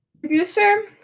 Producer